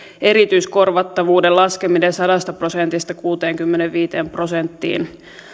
erityiskorvattavuuden laskeminen sadasta prosentista kuuteenkymmeneenviiteen prosenttiin